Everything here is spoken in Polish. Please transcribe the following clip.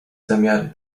zamiary